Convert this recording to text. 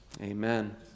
Amen